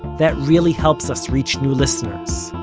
that really helps us reach new listeners.